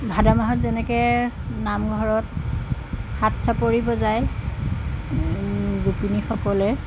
ভাদ মাহত যেনেকৈ নামঘৰত হাতচাপৰি বজায় গোপিনীসকলে